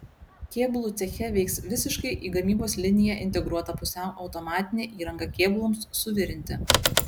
kėbulų ceche veiks visiškai į gamybos liniją integruota pusiau automatinė įranga kėbulams suvirinti